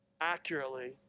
accurately